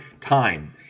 time